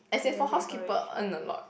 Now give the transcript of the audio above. as in for housekeeper earn a lot